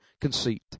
conceit